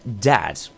dad